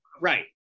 right